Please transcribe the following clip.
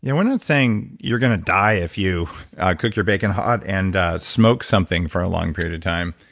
yeah we're not saying you're going to die if you cook your bacon hot and smoke something for a long period of time.